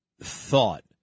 thought